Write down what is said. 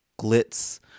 glitz